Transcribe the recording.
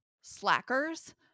slackers